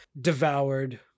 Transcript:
devoured